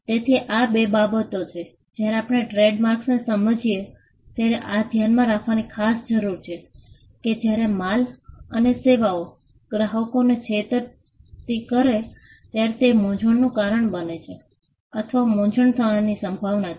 તેથી આ બે બાબતો છે જ્યારે આપણે ટ્રેડમાર્ક્સને સમજીએ ત્યારે આ ધ્યાનમાં રાખવાની ખાસ જરૂર છે કે જ્યારે માલ અને સેવાઓ ગ્રાહકોને છેતરતી કરે છે ત્યારે તે મૂંઝવણનું કારણ બને છે અથવા મૂંઝવણ થવાની સંભાવના છે